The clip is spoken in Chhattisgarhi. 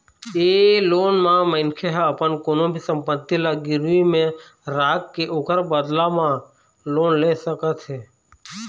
ए लोन म मनखे ह अपन कोनो भी संपत्ति ल गिरवी राखके ओखर बदला म लोन ले सकत हे